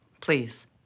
Please